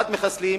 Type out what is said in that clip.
אחד מחסלים,